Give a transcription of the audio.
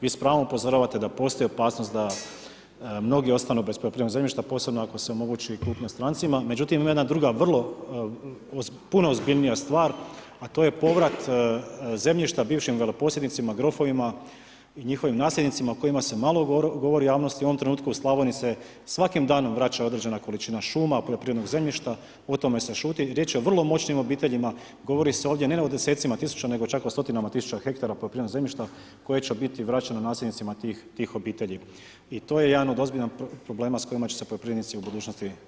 Vi s pravom upozoravate da postoji opasnost da mnogi ostanu bez poljoprivrednog zemljišta posebno ako se omogući kupnja strancima, međutim ima jedna puno ozbiljnija stvar a to je povrat zemljišta bivšim veleposjednicima, grofovima i njihovim nasljednicima o kojima se malo govori u javnosti, u ovom trenutku u Slavoniji se svaki danom vraća određena količina šuma, poljoprivrednog zemljišta, o tome se šuti, riječ je o vrlo moćnim obiteljima, govori se ovdje ne o desecima tisuća nego o stotinama tisuća hektara poljoprivrednog zemljišta koje će biti vraćene nasljednicima tih obitelji i to je jedan od ozbiljnih problema s kojima će se poljoprivrednici u budućnosti suočiti.